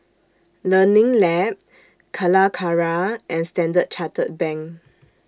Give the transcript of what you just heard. Learning Lab Calacara and Standard Chartered Bank